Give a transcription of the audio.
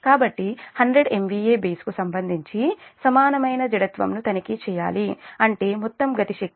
కాబట్టి 100 MVA base కు సంబంధించి సమానమైన జడత్వంను తనిఖీ చేయాలి అంటే మొత్తం గతి శక్తి ఇది 5440